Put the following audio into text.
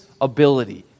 ability